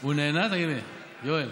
הוא נהנה, תגיד לי, יואל?